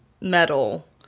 metal